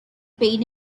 pain